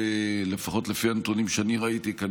לפי הנתונים שאני ראיתי לפחות,